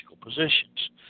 positions